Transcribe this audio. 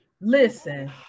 Listen